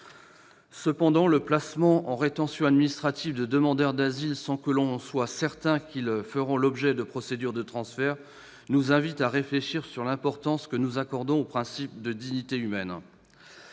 Cependant, le placement en rétention administrative de demandeurs d'asile sans que l'on soit certain qu'ils feront l'objet d'une procédure de transfert nous conduit à réfléchir à l'importance que nous accordons au principe de dignité humaine.